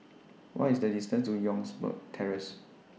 What IS The distance to Youngberg Terrace